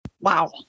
Wow